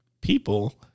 people